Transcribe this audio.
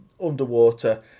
underwater